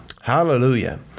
hallelujah